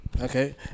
Okay